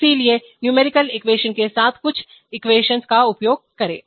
इसलिए numerical equation के साथ कुछ इक्वेशन का उपयोग करें